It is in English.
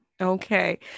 Okay